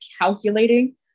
calculating